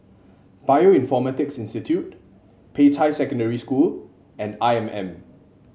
Bioinformatics Institute Peicai Secondary School and I M M